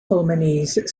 fluminense